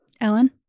Ellen